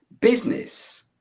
business